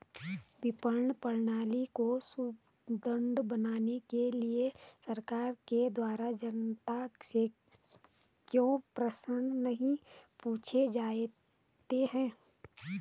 विपणन प्रणाली को सुदृढ़ बनाने के लिए सरकार के द्वारा जनता से क्यों प्रश्न नहीं पूछे जाते हैं?